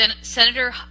Senator